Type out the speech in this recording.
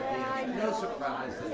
no surprise,